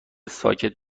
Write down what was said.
ساکت